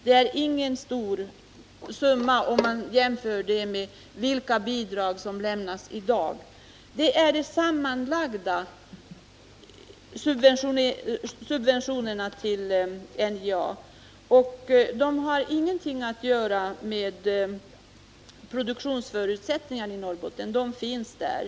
Det är ingen stor summa, om den jämförs med de bidrag som i dag lämnas till olika företag. Denna summa utgör alltså de sammanlagda subventionerna till NJA, och dessa subventioner har inget att göra med produktionsförutsättningarna i Norrbotten, för de finns där.